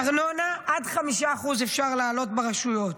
ארנונה, עד 5% אפשר להעלות ברשויות.